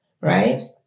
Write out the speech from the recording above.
Right